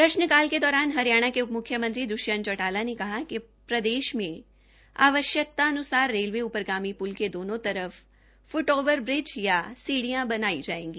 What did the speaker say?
प्रश्न काल के दौरान हरियाणा के उप म्ख्यमंत्री ने कहा कि प्रदेश में आवश्यक्तान्सार रेलवे ऊपरगामी प्ल के दोनों तर फ फ्ट ओवर ब्रिज या सीप्रिया बनाई जायेगी